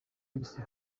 regis